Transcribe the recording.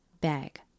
Bag